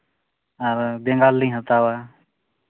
ᱟᱨ ᱵᱮᱸᱜᱟᱲ ᱞᱤᱧ ᱦᱟᱛᱟᱣᱟ